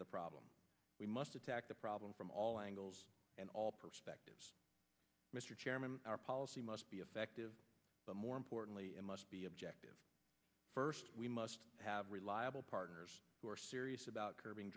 of the problem we must attack the problem from all angles and all perspectives mr chairman our policy must be effective but more importantly it must be objective first we must have reliable partners who are serious about curbing